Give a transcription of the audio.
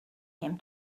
him